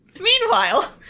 Meanwhile